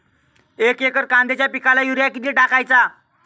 एक एकर कांद्याच्या पिकाला युरिया किती टाकायचा?